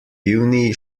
uni